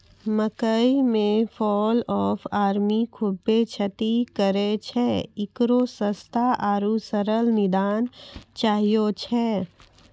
मकई मे fall of army खूबे क्षति करेय छैय, इकरो सस्ता आरु सरल निदान चाहियो छैय?